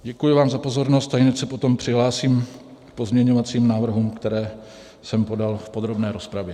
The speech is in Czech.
Děkuji vám za pozornost a potom se přihlásím k pozměňovacím návrhům, které jsem podal, v podrobné rozpravě.